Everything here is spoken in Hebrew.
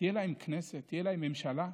תהיה להם כנסת, תהיה להם ממשלה,